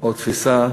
או תפיסה